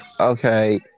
okay